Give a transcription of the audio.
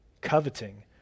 coveting